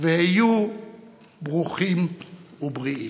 והיו ברוכים ובריאים.